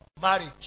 marriage